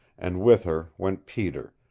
and with her went peter,